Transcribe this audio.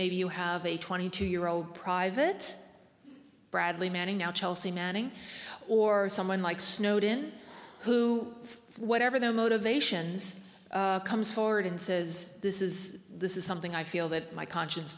maybe you have a twenty two year old private bradley manning now chelsea manning or someone like snowden who whatever their motivations comes forward and says this is this is something i feel that my conscience